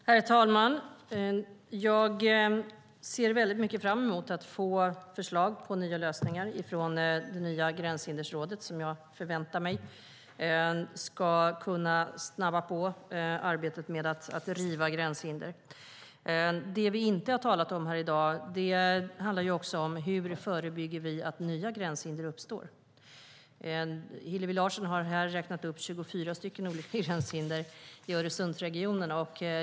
Herr talman! Jag ser mycket fram emot att få förslag på nya lösningar från nya Gränshinderrådet. Jag förväntar mig att det ska snabba på arbetet med att riva gränshinder. Det vi inte har talat om i dag är hur vi förebygger att nya gränshinder uppstår. Hillevi Larsson har här räknat upp 24 olika gränshinder i Öresundsregionen.